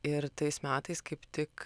ir tais metais kaip tik